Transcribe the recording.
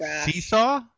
seesaw